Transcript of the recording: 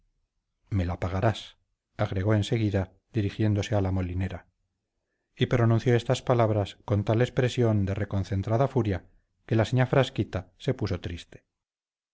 me la pagarás agregó en seguida dirigiéndose a la molinera y pronunció estas palabras con tal expresión de reconcentrada furia que la señá frasquita se puso triste